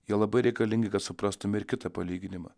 jie labai reikalingi kad suprastume ir kitą palyginimą